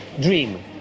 dream